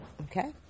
Okay